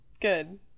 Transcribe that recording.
Good